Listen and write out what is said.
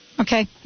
Okay